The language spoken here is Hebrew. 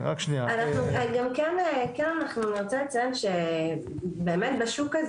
אנחנו גם נרצה לציין שבאמת בשוק הזה